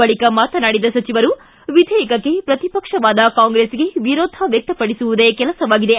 ಬಳಿಕ ಮಾತನಾಡಿದ ಸಚಿವರು ವಿಧೇಯಕಕ್ಕೆ ಪ್ರತಿಪಕ್ಷವಾದ ಕಾಂಗ್ರೆಸ್ಗೆ ವಿರೋಧ ವ್ಯಕ್ತಪಡಿಸುವುದೇ ಕೆಲಸವಾಗಿದೆ